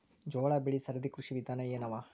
ಜೋಳ ಬೆಳಿ ಸರದಿ ಕೃಷಿ ವಿಧಾನ ಎನವ?